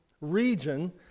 region